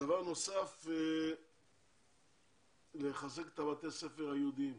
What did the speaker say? דבר נוסף, לחזק את בתי הספר היהודיים.